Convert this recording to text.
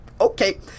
okay